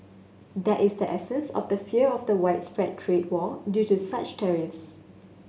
that is the essence of the fear of the widespread trade war due to such tariffs